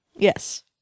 Yes